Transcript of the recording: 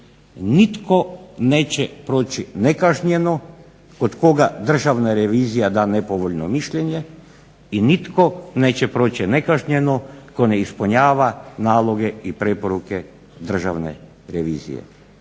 Nitko neće proći nekažnjeno kod koga Državna revizija da nepovoljno mišljenje i nitko neće proći nekažnjeno tko ne ispunjava naloge i preporuke Državne revizije.